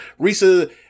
Risa